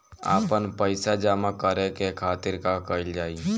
आपन पइसा जमा करे के खातिर का कइल जाइ?